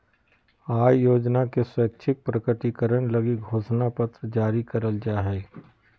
आय योजना के स्वैच्छिक प्रकटीकरण लगी घोषणा पत्र जारी करल जा हइ